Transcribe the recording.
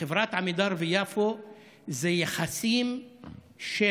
חברת עמידר ויפו זה יחסים של